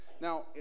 Now